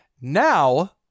Now